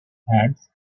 hands